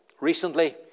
recently